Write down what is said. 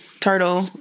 turtle